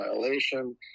violation